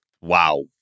Wow